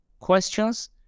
Questions